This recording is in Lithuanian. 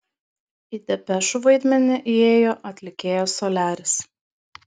į depešų vaidmenį įėjo atlikėjas soliaris